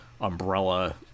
umbrella